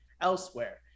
elsewhere